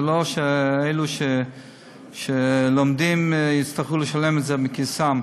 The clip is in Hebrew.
זה לא שאלו שלומדים יצטרכו לשלם את זה מכיסם.